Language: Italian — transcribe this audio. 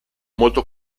molto